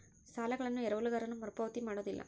ಸಾಲಗಳನ್ನು ಎರವಲುಗಾರನು ಮರುಪಾವತಿ ಮಾಡೋದಿಲ್ಲ